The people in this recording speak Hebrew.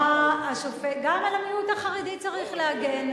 גם על המיעוט החרדי צריך להגן.